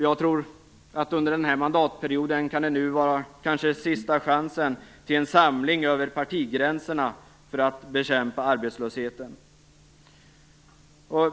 Jag tror att det under den här mandatperioden kan vara sista chansen till en samling över partigränserna för att bekämpa arbetslösheten.